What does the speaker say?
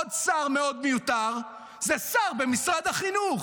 עוד שר מאוד מיותר זה שר במשרד החינוך.